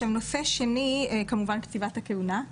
הנושא השני זה כמובן קציבת הכהונה.